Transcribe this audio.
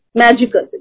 magical